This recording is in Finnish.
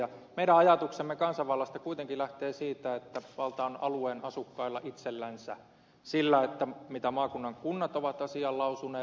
meidän ajatuksemme kansanvallasta kuitenkin lähtee siitä että valta on alueen asukkailla itsellänsä sillä mitä maakunnan kunnat ovat asiaan lausuneet